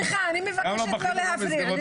סליחה, אני מבקשת לא להפריע לי.